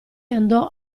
andò